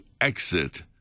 exit